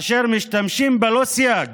אשר משתמשים ללא סייג